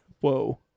Whoa